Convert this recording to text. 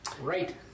Right